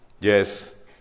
Yes